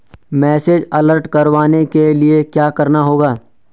Message alert करवाने के लिए क्या करना होगा?